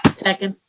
second.